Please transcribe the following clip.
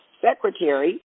secretary